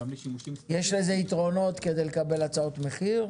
יש לזה יתרונות כדי לקבל הצעות מחיר.